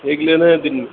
ایک لیینا ہے دن میں